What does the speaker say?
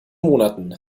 monaten